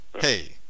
Hey